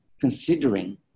considering